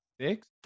six